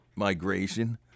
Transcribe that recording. migration